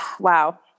Wow